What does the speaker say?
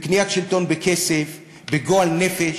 בקניית שלטון בכסף, בגועל נפש,